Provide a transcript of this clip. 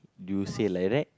do you say like that